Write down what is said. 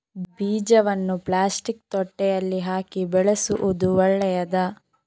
ಬೀಜವನ್ನು ಪ್ಲಾಸ್ಟಿಕ್ ತೊಟ್ಟೆಯಲ್ಲಿ ಹಾಕಿ ಬೆಳೆಸುವುದು ಒಳ್ಳೆಯದಾ?